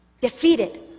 Defeated